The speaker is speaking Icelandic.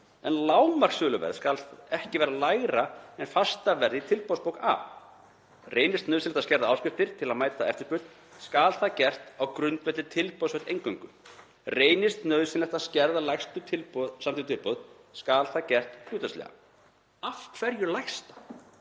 en lágmarksverð skal þó ekki vera lægra en fasta verðið í tilboðsbók A. Reynist nauðsynlegt að skerða áskriftir til að mæta eftirspurn skal það gert á grundvelli tilboðsverðs eingöngu. Reynist nauðsynlegt að skerða lægstu samþykktu tilboð skal það gert hlutfallslega.“ Af hverju lægsta?